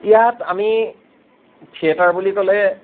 ইয়াত আমি থিয়েটাৰ বুলি ক'লে